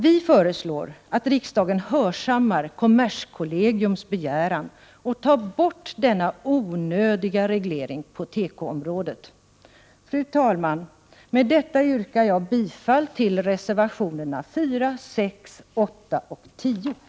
Vi föreslår att riksdagen hörsammar kommerskollegiums begäran och tar bort denna onödiga reglering på tekoområdet. Fru talman! Med detta yrkar jag bifall till reservationerna 4, 6, 8 och 10.